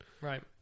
Right